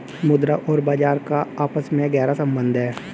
मुद्रा और बाजार का आपस में गहरा सम्बन्ध है